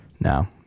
No